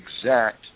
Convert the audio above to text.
exact